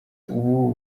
ubu